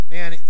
Man